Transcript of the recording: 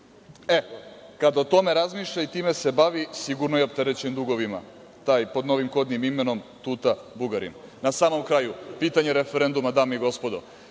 Kada o tome razmišlja i time se bavi, sigurno je opterećen dugovima taj pod novim kodnim imenom Tuta Bugarin. Na samom kraju, pitanje referenduma, dame i gospodo,